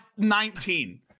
19